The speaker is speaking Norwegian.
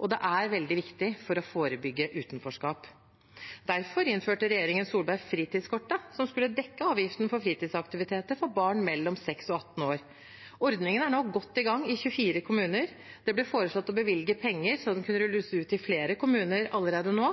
Og det er veldig viktig for å forebygge utenforskap. Derfor innførte regjeringen Solberg fritidskortet, som skulle dekke avgiften for fritidsaktiviteter for barn mellom 6 og 18 år. Ordningen er nå godt i gang i 24 kommuner. Det ble foreslått å bevilge penger slik at den kunne rulles ut i flere kommuner allerede nå,